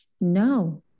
No